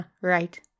Right